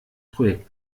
projekt